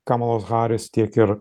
kamalos haris tiek ir